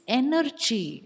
energy